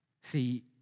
See